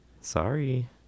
Sorry